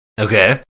Okay